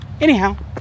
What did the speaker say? Anyhow